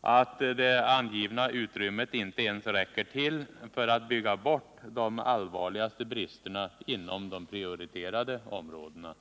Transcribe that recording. att det angivna utrymmet inte ens räcker till för att bygga bort de allvarligaste bristerna inom de prioriterade områdena.